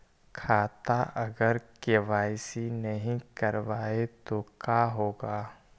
खाता अगर के.वाई.सी नही करबाए तो का होगा?